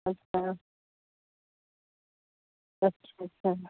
अच्छा अच्छा अच्छा